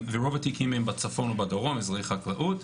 ורוב התיקים הם בצפון או בדרום, זה חקלאות.